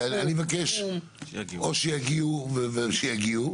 אני מבקש, או שיגיעו, ושיגיעו.